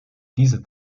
diese